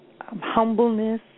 humbleness